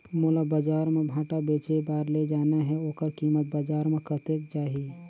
मोला बजार मां भांटा बेचे बार ले जाना हे ओकर कीमत बजार मां कतेक जाही?